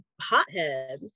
hothead